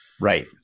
right